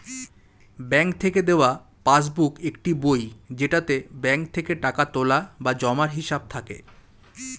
bank থেকে দেওয়া passbook একটি বই যেটাতে ব্যাঙ্ক থেকে টাকা তোলা বা জমার হিসাব থাকে